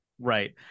right